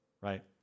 right